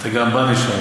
אתה גם בא משם,